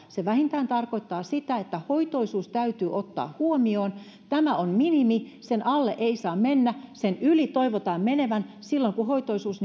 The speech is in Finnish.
se vähintään tarkoittaa sitä että hoitoisuus täytyy ottaa huomioon tämä on minimi sen alle ei saa mennä sen yli toivotaan mentävän silloin kun hoitoisuus